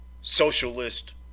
socialist